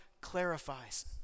clarifies